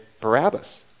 Barabbas